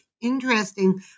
interesting